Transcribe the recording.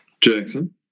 Jackson